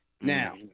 Now